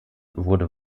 wurde